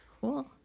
Cool